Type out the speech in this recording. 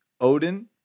Odin